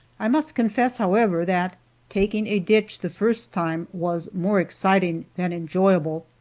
i must confess, however, that taking a ditch the first time was more exciting than enjoyable.